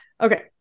Okay